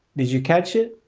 did you catch it?